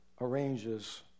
arranges